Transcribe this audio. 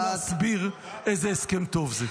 -- והיום מנסים להסביר איזה הסכם טוב זה.